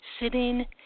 Sitting